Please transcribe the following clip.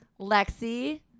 Lexi